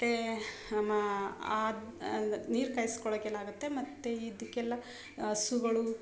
ಮತ್ತು ನಮ್ಮ ಅದು ನೀರು ಕಾಯ್ಸ್ಕೊಳೋಕ್ಕೆಲ್ಲ ಆಗುತ್ತೆ ಮತ್ತು ಇದಕ್ಕೆಲ್ಲ ಹಸುಗಳು